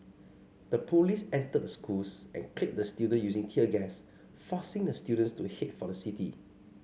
the police entered the schools and cleared the student using tear gas forcing the students to head for the city